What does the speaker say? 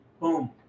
Boom